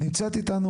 נמצאת איתנו,